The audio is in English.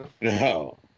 No